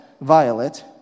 Violet